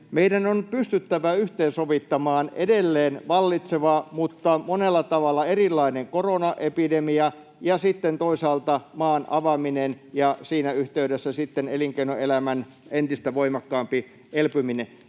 Meidän on pystyttävä yhteensovittamaan edelleen vallitseva mutta monella tavalla erilainen koronaepidemia ja sitten toisaalta maan avaaminen ja siinä yhteydessä elinkeinoelämän entistä voimakkaampi elpyminen.